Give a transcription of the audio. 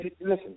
listen